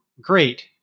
great